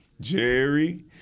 Jerry